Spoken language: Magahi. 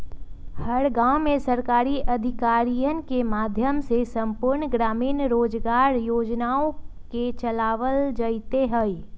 हर गांव में सरकारी अधिकारियन के माध्यम से संपूर्ण ग्रामीण रोजगार योजना के चलावल जयते हई